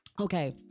okay